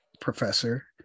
Professor